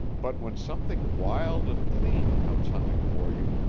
but when something wild and clean comes hunting for you,